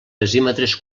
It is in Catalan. decímetres